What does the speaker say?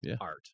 art